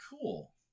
Cool